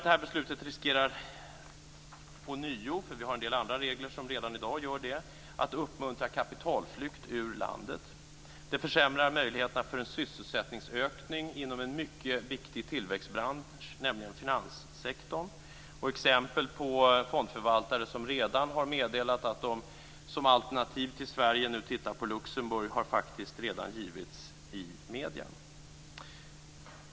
Det här beslutet riskerar ånyo - vi har en del andra regler som redan i dag gör det - att uppmuntra kapitalflykt ur landet. Det försämrar möjligheterna till en sysselsättningsökning inom en mycket viktig tillväxtbransch, nämligen finanssektorn. Exempel på fondförvaltare som har meddelat att de som alternativ till Sverige nu tittar på Luxemburg har redan givits i medierna.